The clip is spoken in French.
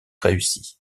réussie